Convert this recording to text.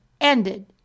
ended